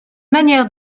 manière